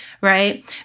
right